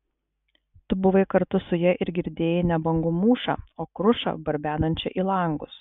tu buvai kartu su ja ir girdėjai ne bangų mūšą o krušą barbenančią į langus